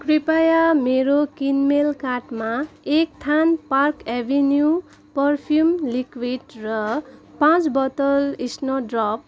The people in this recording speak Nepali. कृपया मेरो किनमेल कार्टमा एकथान पार्क एभिनियु पर्फ्युम लिक्विड र पाँच बोतल स्नो ड्रप